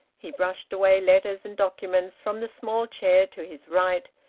he brushed away letters and documents from the small chair to his right,